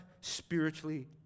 spiritually